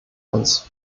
uns